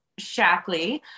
Shackley